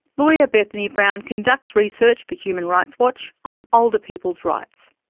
lawyer bethany brown conducts research for human rights watch on older people's rights.